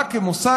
כמוסד,